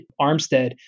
Armstead